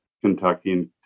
Kentucky